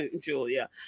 Julia